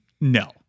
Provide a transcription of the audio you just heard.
no